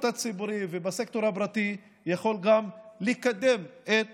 הציבורי ובסקטור הפרטי יכול גם לקדם את